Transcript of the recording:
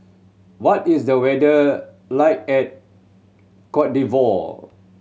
what is the weather like at Cote D'Ivoire